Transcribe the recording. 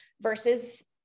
versus